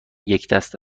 یکدست